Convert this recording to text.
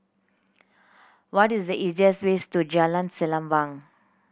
what is the easiest ways to Jalan Sembilang